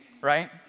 right